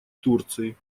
турции